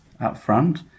upfront